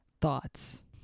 thoughts